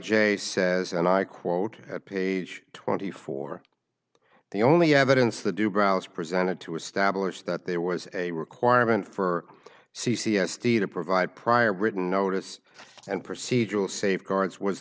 jay says and i quote at page twenty four the only evidence the do browse presented to establish that there was a requirement for c c s d to provide prior written notice and procedural safeguards was